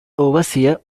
overseer